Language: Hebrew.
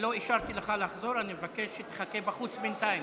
אני מבקש שתחכה בחוץ בינתיים.